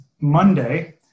Monday